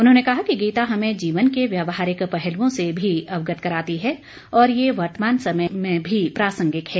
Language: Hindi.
उन्होंने कहा कि गीता हमें जीवन के व्यवहारिक पहलुओं से भी अवगत कराती है और यह वर्तमान समय में भी प्रासंगिक है